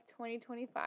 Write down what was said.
2025